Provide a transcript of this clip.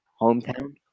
Hometown